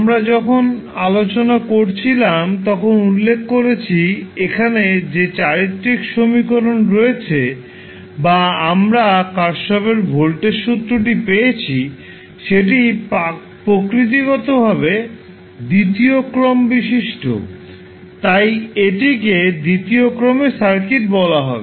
আমরা যখন আলোচনা করছিলাম তখন উল্লেখ করেছি এখানে যে চারিত্রিক সমীকরণ রয়েছে বা আমরা কারশ্যফের ভোল্টেজ সূত্রKirchhoff's Voltage Lawটি পেয়েছি সেটি প্রকৃতিগতভাবে দ্বিতীয় ক্রম বিশিষ্ট তাই এটিকে দ্বিতীয় ক্রমের সার্কিট বলা হবে